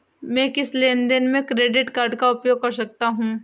मैं किस लेनदेन में क्रेडिट कार्ड का उपयोग कर सकता हूं?